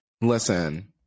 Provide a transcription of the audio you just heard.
Listen